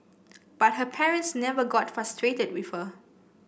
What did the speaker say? but her parents never got frustrated with her